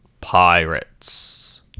Pirates